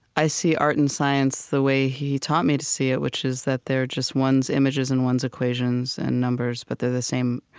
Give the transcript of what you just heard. i see art and science the way he taught me to see it, which is that they're just one's images and one's equations and numbers, but they're the same